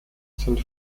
sind